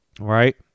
Right